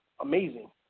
amazing